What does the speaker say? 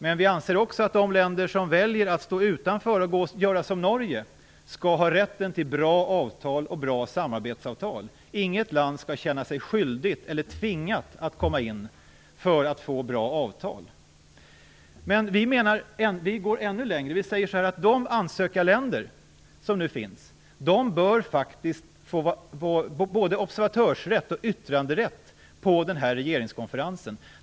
Men vi anser också att de länder som väljer att stå utanför och göra som Norge skall ha rätten till bra avtal och bra samarbetsavtal. Inget land skall känna sig skyldigt eller tvingat att gå in för att få bra avtal. Vi går ännu längre. Vi menar att de ansökarländer som nu finns bör få både observatörsrätt och yttranderätt på regeringskonferensen.